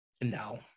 No